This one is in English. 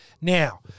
Now